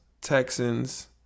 Texans